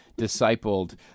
discipled